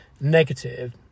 negative